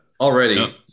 Already